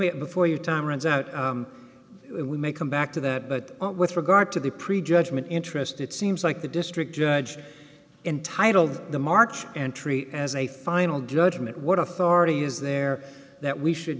me before your time runs out we may come back to that but with regard to the pre judgment interest it seems like the district judge entitled the march and treat as a final judgment what authority is there that we should